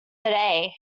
today